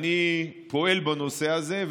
אני פועל בנושא הזה,